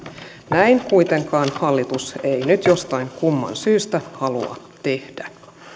näin kuitenkaan hallitus ei nyt jostain kumman syystä halua tehdä